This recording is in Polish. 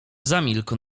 zamilkł